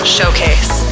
Showcase